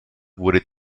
wurde